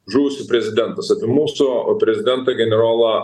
žuvusius prezidentus apie mūsų prezidentą generolą